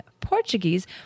Portuguese